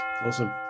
Awesome